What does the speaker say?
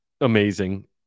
amazing